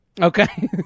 Okay